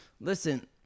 Listen